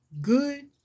Good